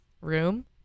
room